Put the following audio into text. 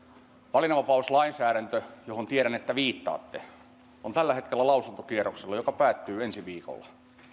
valinnanvapauslainsäädäntö johon tiedän teidän viittaavan on tällä hetkellä lausuntokierroksella joka päättyy ensi viikolla